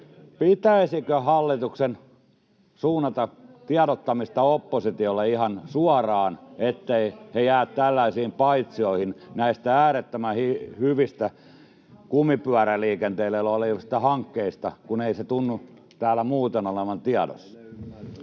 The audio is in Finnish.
pitäisikö hallituksen suunnata tiedottamista oppositiolle ihan suoraan, niin etteivät he jää tällaisiin paitsioihin näistä äärettömän hyvistä kumipyöräliikenteelle tulevista hankkeista, kun ei se tunnu täällä muuten olevan tiedossa.